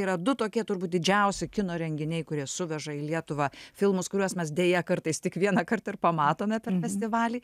yra du tokie turbūt didžiausi kino renginiai kurie suveža į lietuvą filmus kuriuos mes deja kartais tik vieną kartą ir pamatome ten festivalyje